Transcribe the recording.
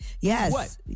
Yes